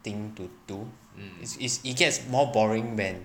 thing to do is is it gets more boring when